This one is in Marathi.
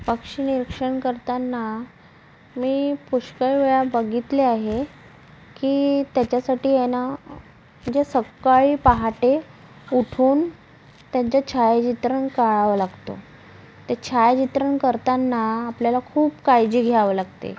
पक्षीनिरीक्षण करताना मी पुष्कळ वेळा बघितले आहे की त्याच्यासाठी आहे ना जे सकाळी पहाटे उठून त्यांच्या छायाचित्रण काढावं लागतो ते छायाचित्रण करताना आपल्याला खूप काळजी घ्यावं लागते